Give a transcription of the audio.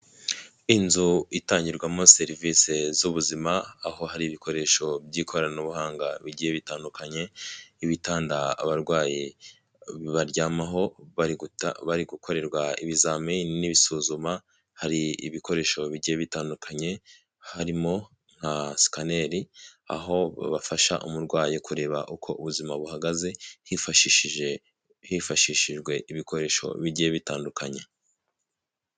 Inzu itangirwamo serivisi z'ubuzima aho hari ibikoresho by'ikoranabuhanga bigiye bitandukanye, ibtanda abarwayi baryamaho bari gukorerwa ibizamini n'ibisuzuma, hari ibikoresho bigiye bitandukanye harimo nka sikaneri aho babafasha umurwayi kureba uko ubuzima buhagaze hifashishijejwe ibikoresho bigiye bitandukanye.